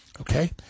Okay